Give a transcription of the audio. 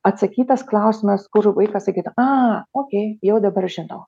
atsakytas klausimas kur vaikas sakytų a okėj jau dabar žinau